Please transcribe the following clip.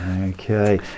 okay